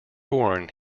born